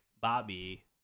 Bobby